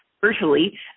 virtually